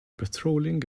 patrolling